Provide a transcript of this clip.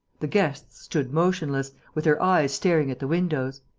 the guests stood motionless, with their eyes staring at the windows.